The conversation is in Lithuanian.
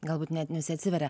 galbūt net neatsiveria